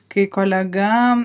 kai kolega